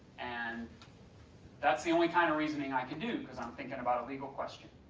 and that's the only kind of reasoning i can do because i'm thinking about a legal question.